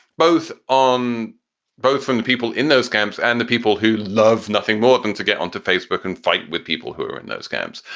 both on both from the people in those camps and the people who love nothing more than to get onto facebook and fight with people who are in those camps.